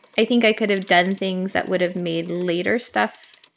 i think i could have done things that would've made later stuff